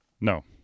No